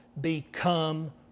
become